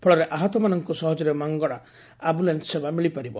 ଫଳରେ ଆହତମାନଙ୍କୁ ସହଜରେ ମାଗଣା ଆମ୍ପୁଲାନ୍ପ ସେବା ମିଳିପାରିବ